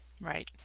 Right